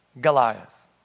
Goliath